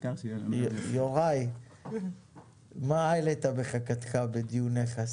יוראי, מה העלית בחכתך בדיוניך?